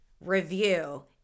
review